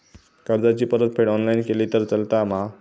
कर्जाची परतफेड ऑनलाइन केली तरी चलता मा?